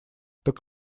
так